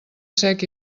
sec